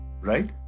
right